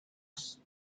ace